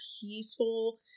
peaceful